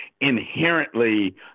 inherently